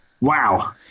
wow